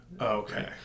okay